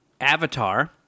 Avatar